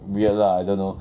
weird lah I dunno